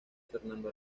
fernando